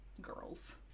girls